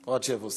או עד שיבוא שר.